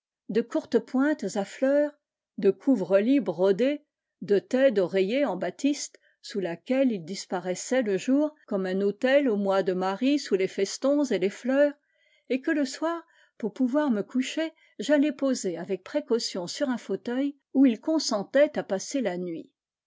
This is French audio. de coures pointes à fleurs de couvre lits brodés de aies d'oreiller en batiste sous laquelle il disparaissait le jour comme un autel au mois de marie sous les festons et les fleurs et que le soir pour ouvoir me coucher j'allais poser avec précaution sur un fauteuil où ils consentaient à passer la nuit